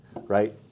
right